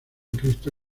cristo